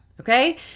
Okay